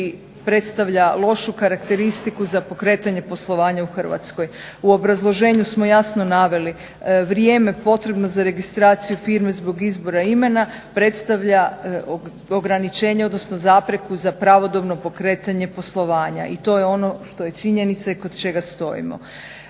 predstavlja lošu karakteristiku za pokretanje poslovanja u Hrvatskoj. U obrazloženju smo jasno naveli, vrijeme potrebno za registraciju firme zbog izbora imena predstavlja ograničenje, odnosno zapreku za pravodobno pokretanje poslovanja i to je ono što je činjenica i kod čega stojimo.